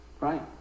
right